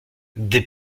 des